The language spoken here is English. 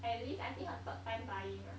at least I think her third time buying ah